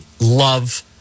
love